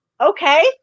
Okay